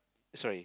sorry